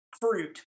fruit